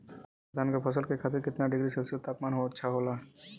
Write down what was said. अच्छा धान क फसल के खातीर कितना डिग्री सेल्सीयस तापमान अच्छा होला?